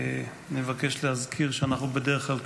נבקש להזכיר שאנחנו בדרך כלל,